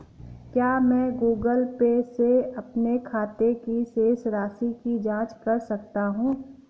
क्या मैं Google Pay से अपने खाते की शेष राशि की जाँच कर सकता हूँ?